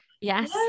Yes